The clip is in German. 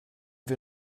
wir